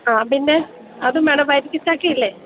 ആ പിന്നെ അതും വേണം വരിക്കചക്കയില്ലേ